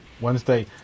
Wednesday